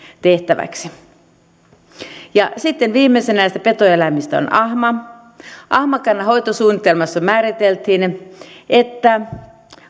tehtäväksi sitten viimeisenä näistä petoeläimistä on ahma ahmakannan hoitosuunnitelmassa määriteltiin että